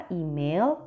email